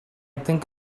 think